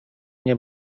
nie